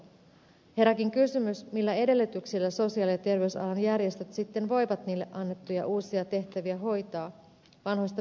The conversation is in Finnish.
herääkin kysymys millä edellytyksillä sosiaali ja terveysalan järjestöt sitten voivat niille annettuja uusia tehtäviä hoitaa vanhoista puhumattakaan